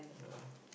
ya